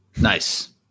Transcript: Nice